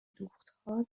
دوختها